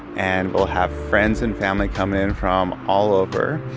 and we'll have friends and family come in from all over,